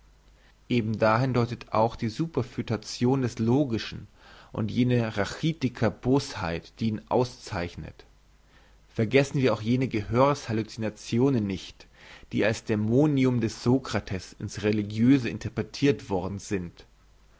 eben dahin deutet auch die superfötation des logischen und jene rhachitiker bosheit die ihn auszeichnet vergessen wir auch jene gehörs hallucinationen nicht die als dämonion des sokrates in's religiöse interpretirt worden sind